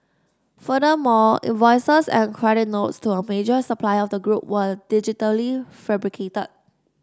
furthermore invoices and credit notes to a major supplier of the group were digitally fabricated